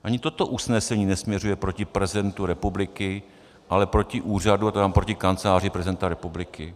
Ani toto usnesení nesměřuje proti prezidentu republiky, ale proti úřadu, tedy proti Kanceláři prezidenta republiky.